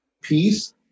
peace